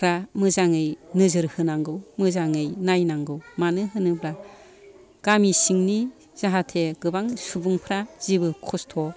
फ्रा मोजाङै नोजोर होनांगौ मोजाङै नायनांगौ मानो होनोब्ला गामि सिंनि जाहाथे गोबां सुबुंफ्रा जेबो खस्थ'